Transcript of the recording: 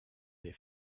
des